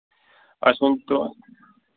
اَسہِ اوٚن تہٕ